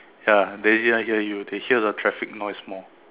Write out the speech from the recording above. ya they cannot hear you they hear the traffic noise more